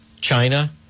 China